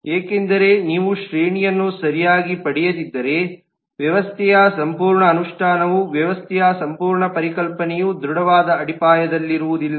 ಏಕೆಂದರೆ ನೀವು ಶ್ರೇಣಿಯನ್ನು ಸರಿಯಾಗಿ ಪಡೆಯದಿದ್ದರೆ ವ್ಯವಸ್ಥೆಯ ಸಂಪೂರ್ಣ ಅನುಷ್ಠಾನವು ವ್ಯವಸ್ಥೆಯ ಸಂಪೂರ್ಣ ಪರಿಕಲ್ಪನೆಯು ದೃಢವಾದ ಅಡಿಪಾಯದಲ್ಲಿರುವುದಿಲ್ಲ